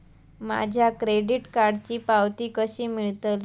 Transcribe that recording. माझ्या क्रेडीट कार्डची पावती कशी मिळतली?